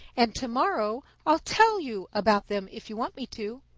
and to-morrow i'll tell you about them if you want me to.